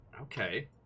okay